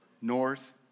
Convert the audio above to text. north